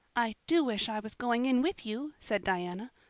i do wish i was going in with you, said diana.